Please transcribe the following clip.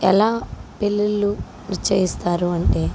ఎలా పెళ్ళిళ్ళు నిశ్చయిస్తారు అంటే